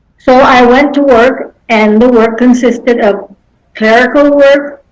so i went to work. and the work consisted of clerical work,